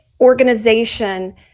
organization